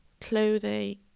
clothing